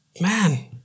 Man